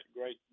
great